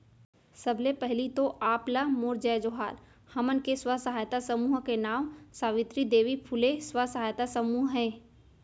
सबले पहिली तो आप ला मोर जय जोहार, हमन के स्व सहायता समूह के नांव सावित्री देवी फूले स्व सहायता समूह हे